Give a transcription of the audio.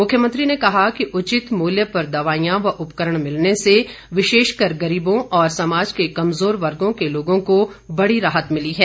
मुख्यमंत्री ने कहा कि उचित मूल्य पर दवाईयां व उपकरण मिलने से विशेषकर गरीबों और समाज के कमजोर वर्गो के लोगों को बड़ी राहत मिली है